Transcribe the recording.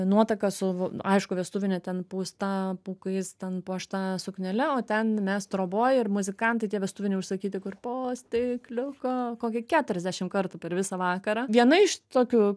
nuotaka su aišku vestuvine ten pūsta pūkais ten puošta suknele o ten mes troboj ir muzikantai tie vestuviniai užsakyti kur po stikliuką kokį keturiasdešim kartų per visą vakarą viena iš tokių